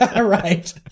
Right